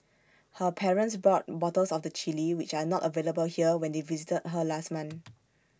her parents brought bottles of the Chilli which are not available here when they visited her last month